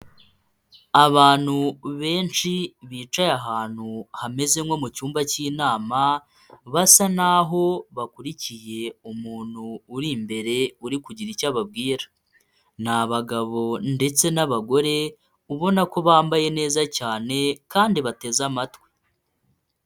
Abantu benshi bicaye ahantu hameze nko mu cyumba cy'inama, basa n'aho bakurikiye umuntu uri imbere uri kugira icyo ababwira. Ni abagabo ndetse n'abagore ubona ko bambaye neza cyane kandi bateze amatwi.